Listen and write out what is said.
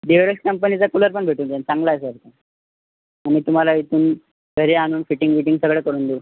Durex कंपनीचा cooler पण भेटून जाईल चांगला आहे सर तो आम्ही तुम्हाला इथून घरी आणून फिटिंग विटिंग सगळं करून देऊ